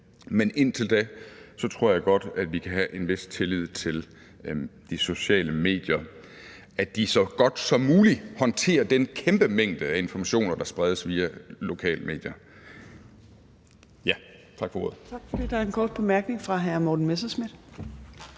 Men indtil da tror jeg godt, at vi kan have en vis tillid til, at de sociale medier så godt som muligt håndterer den kæmpe mængde af informationer, der spredes via lokale medier.